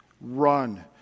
Run